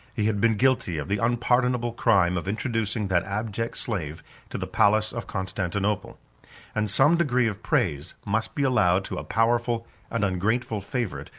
he had been guilty of the unpardonable crime of introducing that abject slave to the palace of constantinople and some degree of praise must be allowed to a powerful and ungrateful favorite,